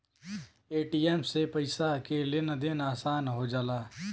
ATM से पइसा के लेन देन आसान हो जाला